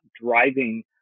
driving